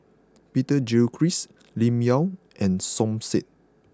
Peter Gilchrist Lim Yau and Som Said